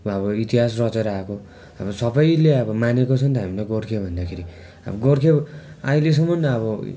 अब इतिहास रचेर आएको अब सबैले अब मानेको छ नि त हामीलाई गोर्खे भन्दाखेरि अब गोर्खे आइलेसम्म अब